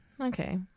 okay